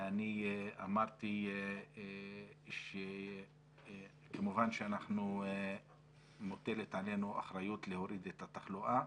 אני אמרתי כמובן שמוטלת עלינו אחריות להוריד את התחלואה,